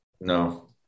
No